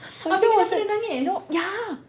and then I was like no ya